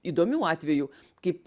įdomių atvejų kaip